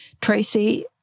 Tracy